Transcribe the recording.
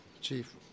Chief